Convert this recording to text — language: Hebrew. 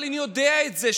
אבל אני יודע את זה,